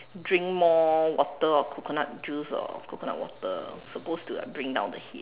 drink more water or coconut juice or coconut water supposed to like bring down the heat